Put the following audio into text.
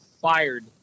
fired